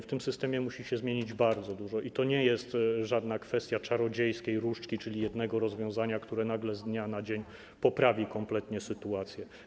W tym systemie musi się zmienić bardzo dużo, i to nie jest kwestia żadnej czarodziejskiej różdżki, czyli jednego rozwiązania, które nagle z dnia na dzień poprawi kompletnie sytuację.